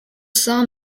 saw